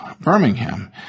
Birmingham